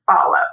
follow